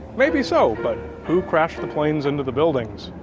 maybe so, but who crashed the planes into the buildings?